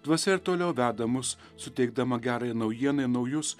dvasia ir toliau veda mus suteikdama gerąją naujieną į naujus